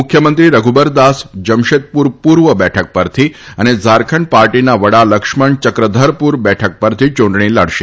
મુખ્યમંત્રી રધુબરદાસ જમશેદપુર પૂર્વ બેઠક પરથી અને ઝારખંડ પાર્ટીના વડા લક્ષ્મણ ચક્રધરપુર બેઠક પરથી યૂંટણી લડશે